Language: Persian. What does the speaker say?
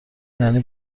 یعنی